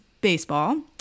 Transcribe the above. baseball